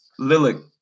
Lilic